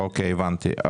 הבנתי.